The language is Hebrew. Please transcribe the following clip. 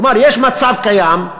כלומר, יש מצב קיים,